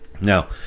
Now